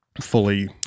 fully